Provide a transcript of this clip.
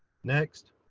next.